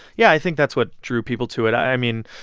yeah, i think that's what drew people to it. i mean,